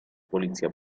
polizia